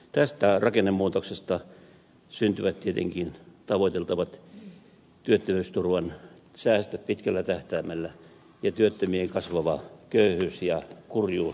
tästä rakennemuutoksesta syntyvät tietenkin tavoiteltavat työttömyysturvan säästöt pitkällä tähtäimellä ja työttömien kasvava köyhyys ja kurjuus